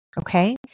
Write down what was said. Okay